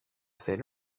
fait